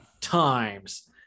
times